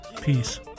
Peace